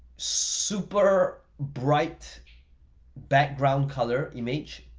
super bright background color image,